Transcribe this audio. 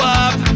up